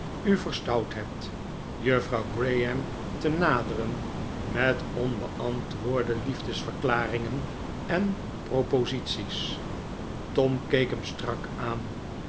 u verstout hebt juffrouw graham te naderen met onbeantwoorde liefdesverklaringen en proposities tom keek hem strak aan